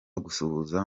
gusuhuza